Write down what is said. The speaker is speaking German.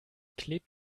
klebt